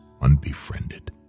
unbefriended